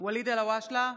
ואליד אלהואשלה,